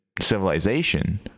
civilization